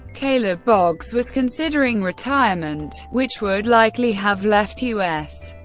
caleb boggs was considering retirement, which would likely have left u s.